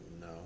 No